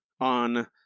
on